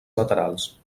laterals